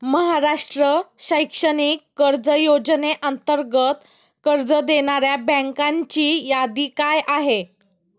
महाराष्ट्र शैक्षणिक कर्ज योजनेअंतर्गत कर्ज देणाऱ्या बँकांची यादी काय आहे?